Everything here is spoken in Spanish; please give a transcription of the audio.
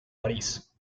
parís